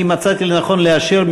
אני מצאתי לנכון לאשר,